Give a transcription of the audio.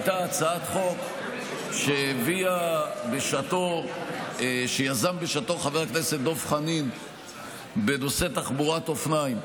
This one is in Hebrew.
הייתה הצעת חוק שיזם בשעתו חבר הכנסת דב חנין בנושא תחבורת אופניים.